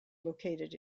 located